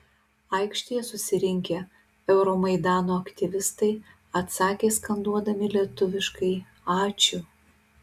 aikštėje susirinkę euromaidano aktyvistai atsakė skanduodami lietuviškai ačiū